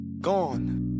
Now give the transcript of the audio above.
gone